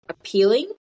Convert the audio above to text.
appealing